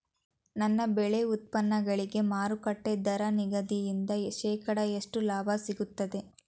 ನನ್ನ ಬೆಳೆ ಉತ್ಪನ್ನಗಳಿಗೆ ಮಾರುಕಟ್ಟೆ ದರ ನಿಗದಿಯಿಂದ ಶೇಕಡಾ ಎಷ್ಟು ಲಾಭ ಸಿಗುತ್ತದೆ?